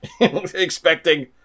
expecting